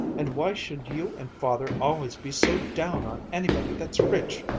and why should you and father always be so down on anybody that's rich,